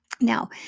Now